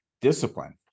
discipline